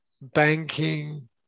banking